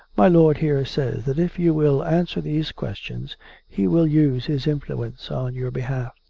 my lord here says that if you will answer these questions he will use his influence on your behalf.